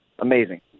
amazing